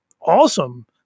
Awesome